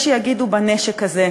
יש שיגידו בנשק הזה.